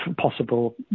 possible